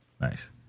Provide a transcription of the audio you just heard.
Nice